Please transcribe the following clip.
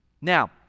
Now